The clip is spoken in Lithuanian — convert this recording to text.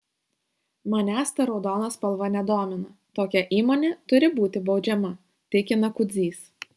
manęs ta raudona spalva nedomina tokia įmonė turi būti baudžiama tikina kudzys